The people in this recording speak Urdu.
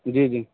جی جی